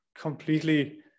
completely